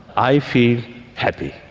i feel happy.